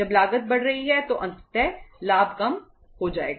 जब लागत बढ़ रही है तो अंततः लाभ कम हो जाएगा